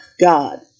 God